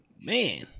Man